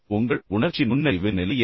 உங்கள் உணர்ச்சி நுண்ணறிவின் நிலை என்ன